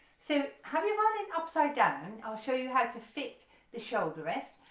so have your violin upside down i'll show you how to fit the shoulder rest.